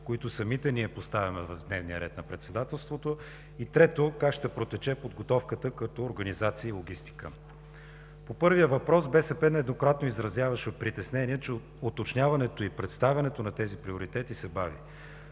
които самите ние поставяме в дневния ред на председателството? И, трето, как ще протече подготовката като организация и логистика? По първия въпрос БСП нееднократно изразяваше притеснение, че уточняването и представянето на тези приоритети се бави.